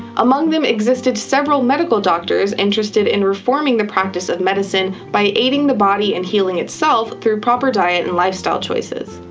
among them existed several medical doctors interested in reforming the practice of medicine by aiding the body in healing itself through proper diet and lifestyle choices.